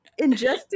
ingesting